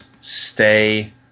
Stay